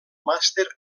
màster